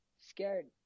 scared